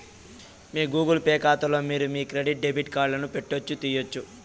మీ Google Pay కాతాలో మీరు మీ క్రెడిట్ డెబిట్ కార్డులను పెట్టొచ్చు, తీయొచ్చు